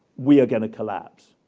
we are going to collapse.